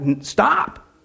stop